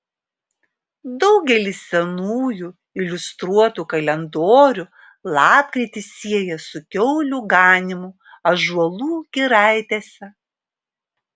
daugelis senųjų iliustruotų kalendorių lapkritį sieja su kiaulių ganymu ąžuolų giraitėse